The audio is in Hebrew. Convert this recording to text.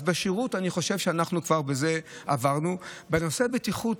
אז על שירות אני חושב שכבר עברנו, בנושא בטיחות,